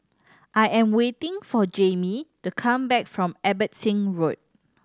I am waiting for Jaimee to come back from Abbotsingh Road